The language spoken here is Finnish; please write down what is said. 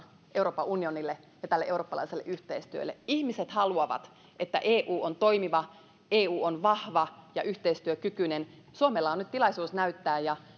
euroopan unionille ja tälle eurooppalaiselle yhteistyölle on korkeimmillaan koskaan ihmiset haluavat että eu on toimiva eu on vahva ja yhteistyökykyinen suomella on nyt tilaisuus näyttää ja